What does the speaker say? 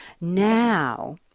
now